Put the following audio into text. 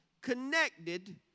connected